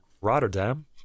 Rotterdam